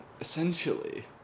essentially